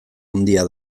handia